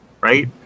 right